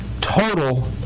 total